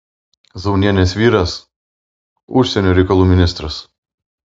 zaunienės vyras užsienio reikalų ministras